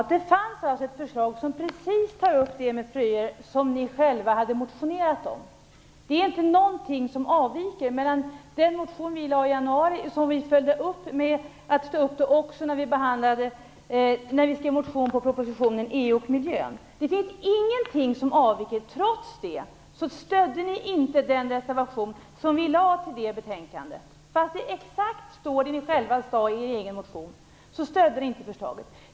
Fru talman! Det fanns ett förslag som tog upp precis det som ni själva hade motionerat om när det gällde fröer. Den motion som ni väckte i januari följde vi upp när vi skrev motion på propositionen EU och miljön. Det förslaget avvek inte från er motion. Det förslaget följde vi upp med en reservation till betänkandet. Men trots att det där står exakt det som ni själva sade i er egen motion stödde ni inte reservationen.